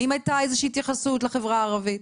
האם הייתה איזה התייחסות לחברה הערבית?